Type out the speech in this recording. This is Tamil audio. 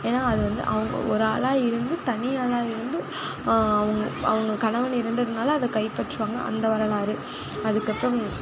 ஏன்னா அது வந்து அவங்க ஒரு ஆளாக இருந்து தனி ஆளாயிருந்து அவங்க கணவன் இறந்ததுனால் அதை கைப்பற்றுவாங்க அந்த வரலாறு அதுக்கப்புறம்